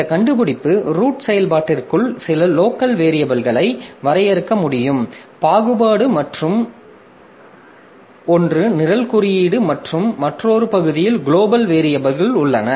இந்த கண்டுபிடிப்பு ரூட் செயல்பாட்டிற்குள் சில லோக்கல் வேரியபில்களை வரையறுக்க முடியும் பாகுபாடு மற்றும் ஒன்று நிரல் குறியீடு மற்றும் மற்றொரு பகுதி குளோபல் வேரியபில்கள் உள்ளன